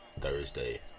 Thursday